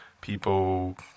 people